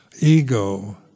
ego